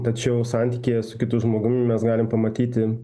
tačiau santykyje su kitu žmogumi mes galim pamatyti